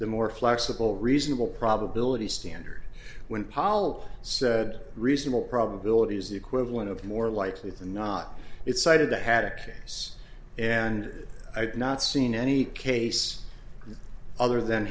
the more flexible reasonable probability standard when pollack said reasonable probability is the equivalent of more likely than not it's cited that had a case and i've not seen any case other than